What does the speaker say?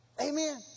Amen